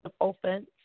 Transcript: Offense